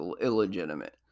illegitimate